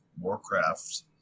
Warcraft